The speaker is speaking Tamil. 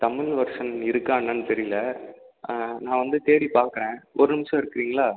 தமிழ் வெர்ஷன் இருக்கா என்னன்னு தெரியல ஆ நான் வந்து தேடி பார்க்குறேன் ஒரு நிமிஷம் இருக்கிறீங்களா